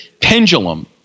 pendulum